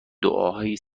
دعاهای